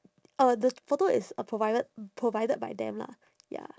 uh the photo is uh provided provided by them lah ya